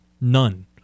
None